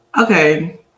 Okay